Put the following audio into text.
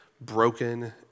broken